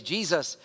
Jesus